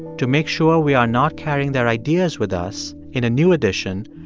to make sure we are not carrying their ideas with us in a new edition,